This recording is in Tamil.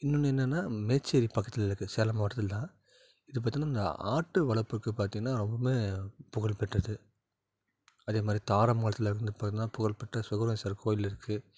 இன்னொன்று என்னன்னா மேச்சேரி பக்கத்தில் இருக்குது சேலம் மாவட்டத்தில் தான் இது பார்த்திங்கனா ஆடு வளர்ப்புக்கு பார்த்திங்கனா ரொம்ப புகழ் பெற்றது அதேமாதிரி தாரமங்கலத்தில் இருந்து பார்த்திங்கனா புகழ் பெற்ற சுகவனேசுவரர் கோவில் இருக்குது